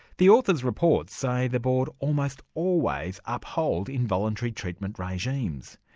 the authors' reports say the board almost always uphold involuntary treatment regimes.